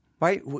Right